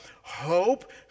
hope